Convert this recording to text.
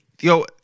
Yo